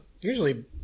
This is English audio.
usually